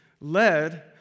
led